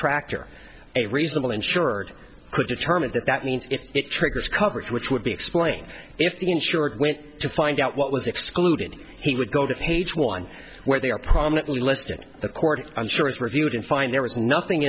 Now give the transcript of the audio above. traktor a reasonable insured could determine that that means it triggers coverage which would be exploiting if the insured went to find out what was excluded he would go to page one where they are prominently listed in the court i'm sure is reviewed and find there was nothing